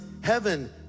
heaven